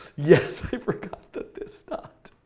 yes, i forgot the this dot.